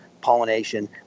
pollination